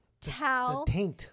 towel